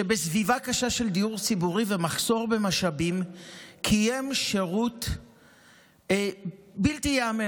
שבסביבה קשה של דיור ציבורי ומחסור במשאבים קיים שירות בלתי ייאמן.